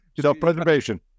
Self-preservation